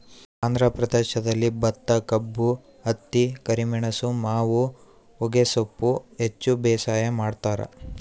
ಆಂಧ್ರ ಪ್ರದೇಶದಲ್ಲಿ ಭತ್ತಕಬ್ಬು ಹತ್ತಿ ಕರಿಮೆಣಸು ಮಾವು ಹೊಗೆಸೊಪ್ಪು ಹೆಚ್ಚು ಬೇಸಾಯ ಮಾಡ್ತಾರ